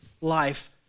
life